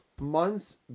months